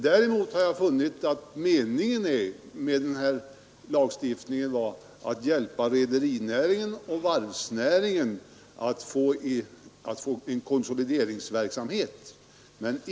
Däremot har jag funnit att meningen med lagstiftningen var att hjälpa rederioch varvsnäringen att bedriva konsolideringsverksamhet.